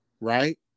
right